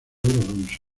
alonso